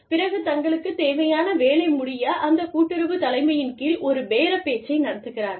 பிறகு தங்களுக்குத் தேவையான வேலை முடிய அந்த கூட்டுறவு தலைமையின் கீழ் ஒரு பேரப்பேச்சை நடத்துகிறார்கள்